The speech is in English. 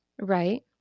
Right